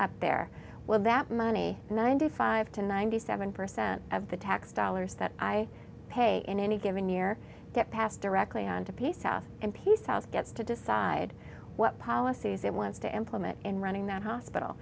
up there with that money ninety five to ninety seven percent of the tax dollars that i pay in any given year that passed directly on to peace and peace house gets to decide what policies it wants to implement in running that hospital